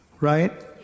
right